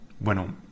Bueno